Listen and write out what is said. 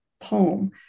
poem